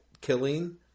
killing